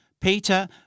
Peter